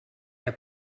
que